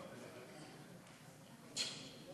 מכובדי היושב